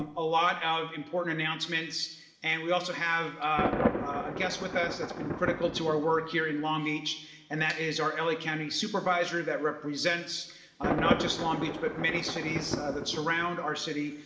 um a lot of important announcements and we also have um a guest with us that's been critical to our work here in long beach and that is our la like county supervisor that represents not just long beach but many cities that surround our city.